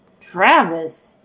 Travis